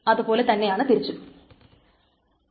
അതുപോലെ തന്നെയാണ് തിരിച്ചും